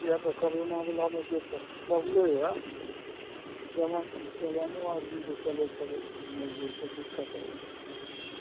किए तऽ करोनाबलामे जे सब मरलैया जबानो जबानो आदमी जे चलै छलै ओहिमे जे छै दिक्कत होइ छै